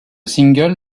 single